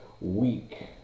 week